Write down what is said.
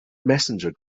messenger